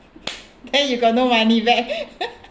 then you got no money back